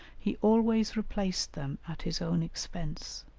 he always replaced them at his own expense.